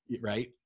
right